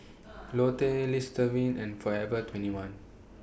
Lotte Listerine and Forever twenty one